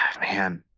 man